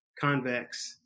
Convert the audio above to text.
convex